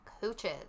Coaches